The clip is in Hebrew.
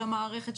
של המערכת,